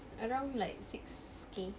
around like six K